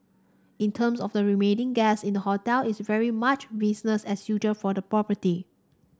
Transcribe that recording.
in terms of the remaining guests in the hotel it's very much business as usual for the property